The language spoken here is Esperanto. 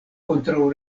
kontraŭ